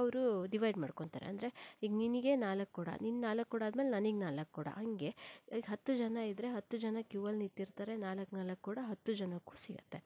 ಅವರು ಡಿವೈಡ್ ಮಾಡ್ಕೊತಾರೆ ಅಂದರೆ ಈಗ ನಿನಗೆ ನಾಲ್ಕು ಕೊಡ ನಿನ್ನ ನಾಲ್ಕು ಕೊಡ ಆದಮೇಲೆ ನನಗೆ ನಾಲ್ಕು ಕೊಡ ಹಾಗೆ ಹತ್ತು ಜನ ಇದ್ದರೆ ಹತ್ತು ಜನ ಕ್ಯೂ ಅಲ್ಲಿ ನಿಂತಿರ್ತಾರೆ ನಾಲ್ಕು ನಾಲ್ಕು ಕೊಡ ಹತ್ತು ಜನಕ್ಕೂ ಸಿಗುತ್ತೆ